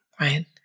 right